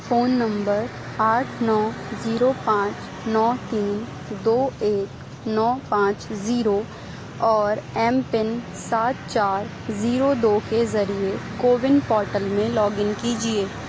phone number آٹھ نو zero پانچ نو تین دو ایک نو پانچ زیرو اور ایم پن سات چار زیرو دو کے ذریعے کوون پورٹل میں لاگ ان کیجیے